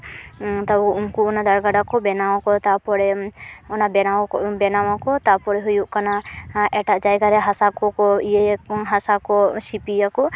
ᱛᱟᱨᱯᱚᱨᱮ ᱩᱱᱠᱩ ᱚᱱᱟ ᱫᱟᱨᱜᱟᱰᱟ ᱠᱚ ᱵᱮᱱᱟᱣᱟᱠᱚ ᱛᱟᱨᱯᱚᱨᱮ ᱚᱱᱟ ᱵᱮᱱᱟᱣ ᱵᱚᱱᱟᱣᱟᱠᱚ ᱛᱟᱨᱯᱚᱨᱮ ᱦᱩᱭᱩᱜ ᱠᱟᱱᱟ ᱮᱴᱟᱜ ᱡᱟᱭᱜᱟ ᱨᱮ ᱦᱟᱥᱟ ᱠᱚᱠᱚ ᱤᱭᱟᱹᱭᱟᱠᱚ ᱦᱟᱥᱟ ᱠᱚ ᱥᱤᱯᱤᱭᱟᱠᱚ